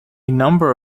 number